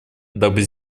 дабы